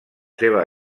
seva